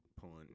pulling